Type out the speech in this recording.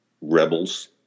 rebels